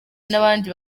n’abandi